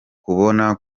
kuboneka